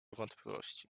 wątpliwości